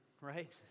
right